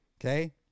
okay